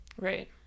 right